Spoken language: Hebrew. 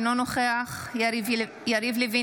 אינו נוכח יריב לוין,